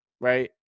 Right